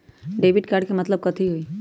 Debit card के मतलब कथी होई?